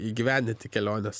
įgyvendinti keliones